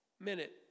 minute